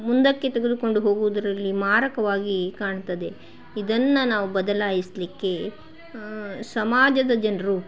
ಮುಂದಕ್ಕೆ ತೆಗೆದುಕೊಂಡು ಹೋಗುವುದರಲ್ಲಿ ಮಾರಕವಾಗಿ ಕಾಣ್ತದೆ ಇದನ್ನು ನಾವು ಬದಲಾಯಿಸಲಿಕ್ಕೆ ಸಮಾಜದ ಜನರು